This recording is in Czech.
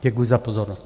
Děkuji za pozornost.